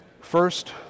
First